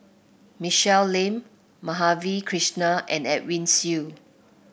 Michelle Lim Madhavi Krishnan and Edwin Siew